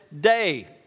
day